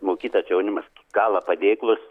mokytas jaunimas kala padėklus